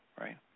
Right